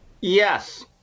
Yes